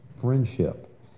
friendship